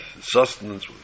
sustenance